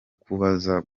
kubuza